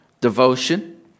devotion